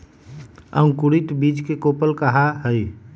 अंकुरित बीज के कोपल कहा हई